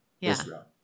Israel